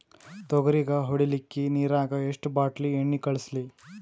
ತೊಗರಿಗ ಹೊಡಿಲಿಕ್ಕಿ ನಿರಾಗ ಎಷ್ಟ ಬಾಟಲಿ ಎಣ್ಣಿ ಕಳಸಲಿ?